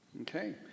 okay